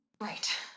Right